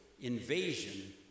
invasion